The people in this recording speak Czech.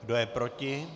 Kdo je proti?